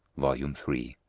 volume three